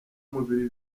mubiri